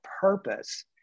purpose